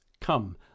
Come